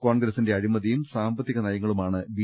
കോൺഗ്രസിന്റെ അഴിമതിയും സാമ്പത്തിക നയങ്ങളുമാണ് ബി